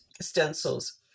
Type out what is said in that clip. stencils